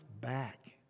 back